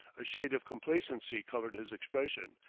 a shade of complacency colored his expression,